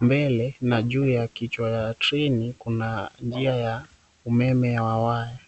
mbele na juu ya kichwa ya treni kuna njia ya umeme ya waya.